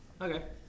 okay